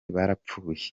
barapfuye